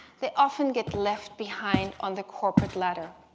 they often get left behind on the corporate ladder.